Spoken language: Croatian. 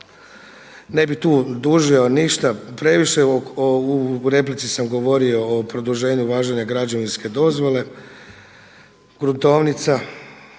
Ne bi tu dužio ništa previše. U replici sam govorio o produženju važenja građevinske dozvole. Gruntovnica,